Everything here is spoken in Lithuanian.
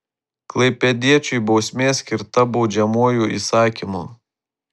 klaipėdiečiui bausmė skirta baudžiamuoju įsakymu